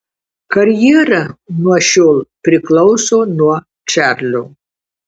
karjera nuo šiol priklauso nuo čarlio